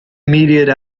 immediate